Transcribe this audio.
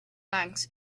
banks